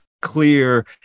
clear